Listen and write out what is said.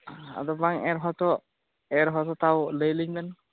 ᱟᱫᱚ ᱵᱟᱝ ᱮᱱ ᱨᱮᱦᱚᱸ ᱛᱚ ᱮᱱᱨᱮᱦᱚᱸ ᱛᱟᱣ ᱞᱟᱹᱭ ᱟᱞᱤᱧ ᱵᱮᱱ